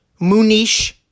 Munish